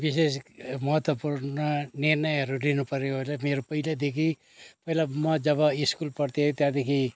विशेष महत्त्वपूर्ण निर्णयहरू लिनु पऱ्यो ओऱ्यो मेरो पहिल्यैदेखि पहिला म जब स्कुल पढ्थेँ त्यहाँदेखि